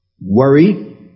worry